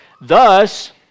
Thus